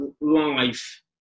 life